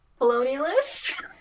colonialist